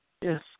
Yes